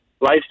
life